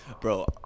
Bro